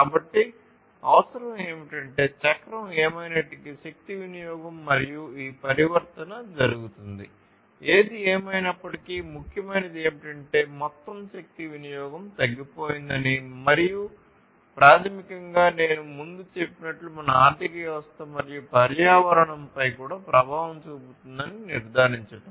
కాబట్టి అవసరం ఏమిటంటే చక్రం ఏమైనప్పటికీ శక్తి వినియోగం మరియు ఈ పరివర్తన జరుగుతుంది ఏది ఏమైనప్పటికీ ముఖ్యమైనది ఏమిటంటే మొత్తం శక్తి వినియోగం తగ్గిపోయిందని మరియు ప్రాథమికంగా నేను ముందు చెప్పినట్లు మన ఆర్థిక వ్యవస్థ మరియు పర్యావరణంపై కూడా ప్రభావం చూపుతాదని నిర్ధారించడం